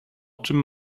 czym